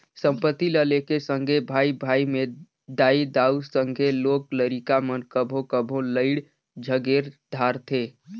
संपत्ति ल लेके सगे भाई भाई में दाई दाऊ, संघे लोग लरिका मन कभों कभों लइड़ झगेर धारथें